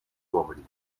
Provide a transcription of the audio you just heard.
comedy